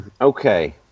Okay